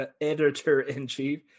editor-in-chief